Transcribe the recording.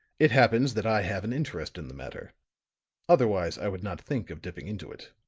it happens that i have an interest in the matter otherwise i would not think of dipping into it.